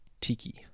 tiki